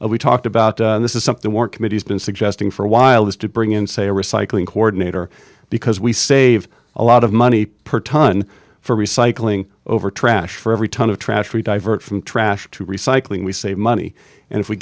what we talked about this is something more committees been suggesting for a while is to bring in say a recycling coordinator because we save a lot of money per tonne for recycling over trash for every ton of trash we divert from trash to recycling we save money and if we